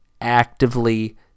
actively